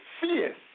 fierce